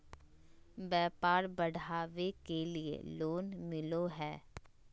व्यापार बढ़ावे के लिए लोन मिलो है?